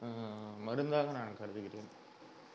மருந்தாக நான் கருதுகிறேன்